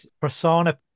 Persona